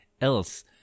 else